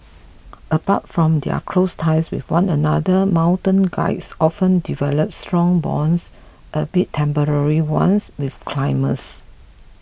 apart from their close ties with one another mountain guides often develop strong bonds albeit temporary ones with climbers